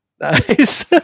Nice